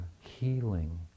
healing